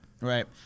Right